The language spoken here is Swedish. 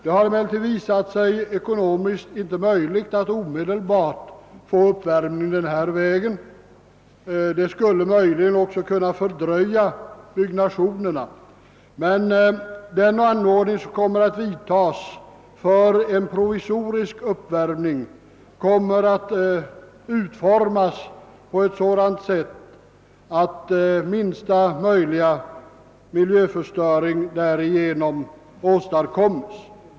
Det har emellertid inte visat sig ekonomiskt möjligt att omedelbart få till stånd en uppvärmning denna väg. Det skulle möjligen också kunna fördröja byggandet. En anordning för provisorisk uppvärmning kommer att utformas på sådant sätt att minsta miljöförstöring därigenom åstadkommes.